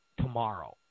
tomorrow